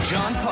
John